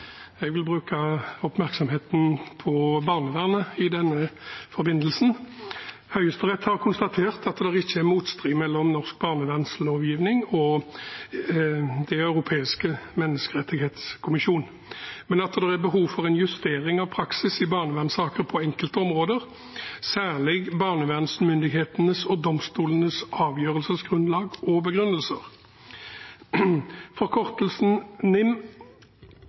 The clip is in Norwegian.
Jeg vil rette oppmerksomheten mot barnevernet i denne forbindelse. Høyesterett har konstatert at det ikke er motstrid mellom norsk barnevernslovgivning og Den europeiske menneskerettighetskonvensjonen, men at det er behov for en justering av praksis i barnevernssaker på enkelte områder – særlig barnevernsmyndighetenes og domstolenes avgjørelsesgrunnlag og begrunnelser. NIM,